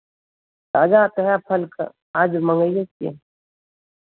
ताजा आते हैं फल का आज मंगइबे किए हैं